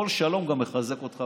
כל שלום גם מחזק אותך,